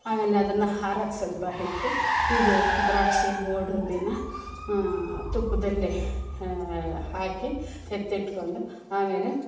ಆಮೇಲೆ ಅದನ್ನು ಹಾರೋಕೆ ಸ್ವಲ್ಪ ಹಿಟ್ಟು ಇದು ದ್ರಾಕ್ಷಿ ಗೋಡಂಬಿನ ತುಪ್ಪದಲ್ಲೇ ಹಾಕಿ ಎತ್ತಿಟ್ಕೊಂಡು ಆಮೇಲೆ